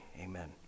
amen